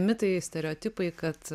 mitai stereotipai kad